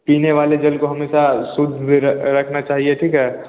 पीने वाले जल को हमेशा शुद्ध रखना चाहिए ठीक है